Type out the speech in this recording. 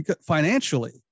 financially